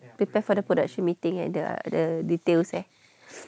prepare for the production meeting at the the details eh